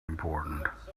important